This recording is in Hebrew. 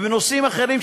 ובנושאים אחרים,